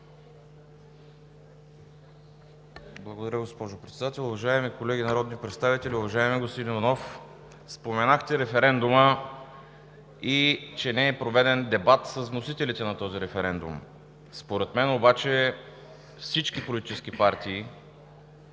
Благодаря, госпожо Председател. Уважаеми колеги народни представители! Уважаеми господин Иванов, споменахте референдума и че не е проведен дебат с вносителите на този референдум. Според мен обаче всички политически партии,